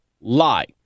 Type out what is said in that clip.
lie